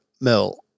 mill